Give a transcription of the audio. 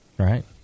Right